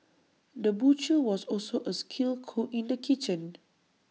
the butcher was also A skilled cook in the kitchen